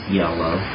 yellow